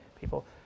People